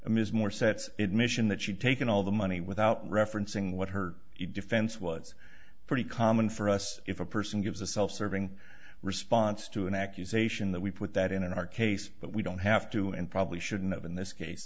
is more sets admission that she taken all the money without referencing what her defense was pretty common for us if a person gives a self serving response to an accusation that we put that in our case but we don't have to and probably shouldn't have in this case